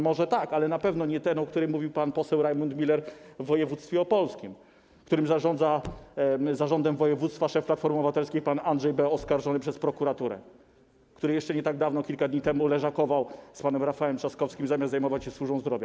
Może tak, ale na pewno nie ten, o którym mówi pan poseł Rajmund Miller, w wojewódzkie opolskim, w którym kieruje zarządem województwa szef Platformy Obywatelskiej pan Andrzej B., oskarżony przez prokuraturę, który jeszcze nie tak dawno, kilka dni temu leżakował z panem Rafałem Trzaskowskim, zamiast zajmować się służbą zdrowia.